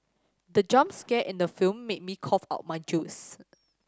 the jump scare in the film made me cough out my juice